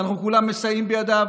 ואנחנו כולם מסייעים בידיו,